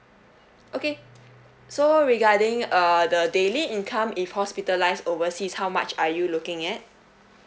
okay so regarding uh the daily income if hospitalized overseas how much are you looking at